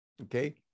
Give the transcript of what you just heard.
Okay